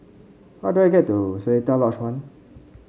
how do I get to Seletar Lodge One